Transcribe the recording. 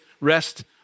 rest